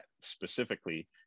specifically